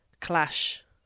clash